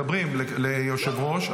מדברים ליושב-ראש,